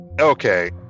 okay